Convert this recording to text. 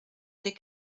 les